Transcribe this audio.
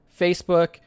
Facebook